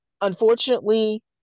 Unfortunately